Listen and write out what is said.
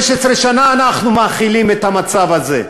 15 שנה אנחנו מכילים את המצב הזה.